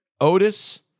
otis